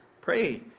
Pray